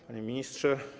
Panie Ministrze!